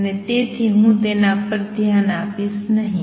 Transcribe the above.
અને તેથી હું તેના પર ધ્યાન આપીશ નહીં